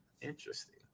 interesting